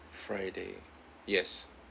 friday yes